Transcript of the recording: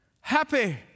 happy